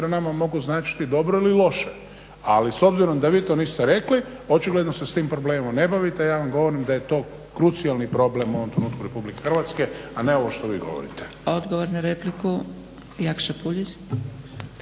nama mogu značiti dobro ili loše, ali s obzirom da vi to niste rekli očigledno se s tim problemom ne bavite. Ja vam govorim da je to krucionalni problem u ovom trenutku RH a ne ovo što vi govorite.